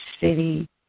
city